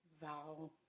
vow